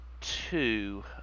two